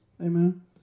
amen